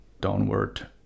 downward